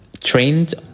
trained